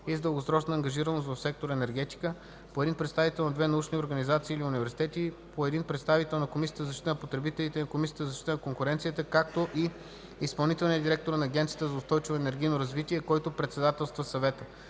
и с дългосрочна ангажираност в сектор „Енергетика”; по един представител на две научни организации или университети; по един представител на Комисията за защита на потребителите и на Комисията за защита на конкуренцията, както и Изпълнителния директор на Агенцията за устойчиво енергийно развитие, който председателства Съвета.